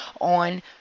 on